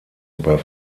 über